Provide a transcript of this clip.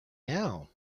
now